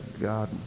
god